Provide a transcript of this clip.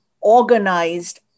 organized